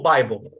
Bible